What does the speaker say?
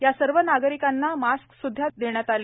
या सर्व नागरिकांना मास्क सुध्दा देण्यात आले